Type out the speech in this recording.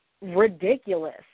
ridiculous